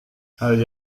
hal